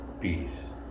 peace